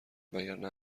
وگرنه